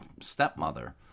stepmother